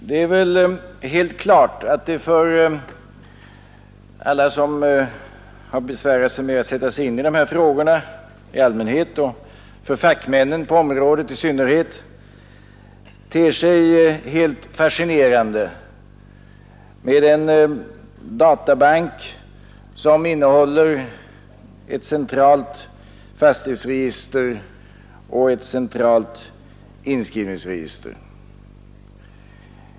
Det är väl helt klart att det för alla, som har besvärat sig med att sätta sig in i dessa frågor i allmänhet, och för fackmännen på området i synnerhet ter sig helt fascinerande med en databank som innehåller ett centralt fastighetsregister och ett centralt inskrivningsregister.